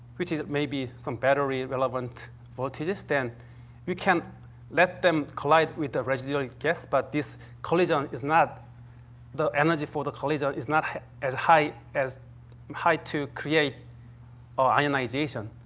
which is, maybe, some battery-relevant voltages? then you can let them collide with the residual gas, but this collision is not the energy for the collision is not as high as high to create ionization.